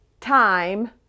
time